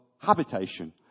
Habitation